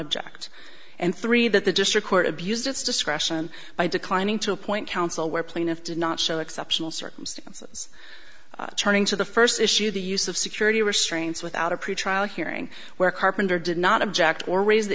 object and three that the district court abused its discretion by declining to appoint counsel where plaintiff did not show exceptional circumstances turning to the first issue the use of security restraints without a pretrial hearing where carpenter did not object or raise the